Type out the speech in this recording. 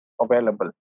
available